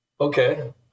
Okay